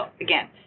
again